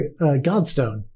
godstone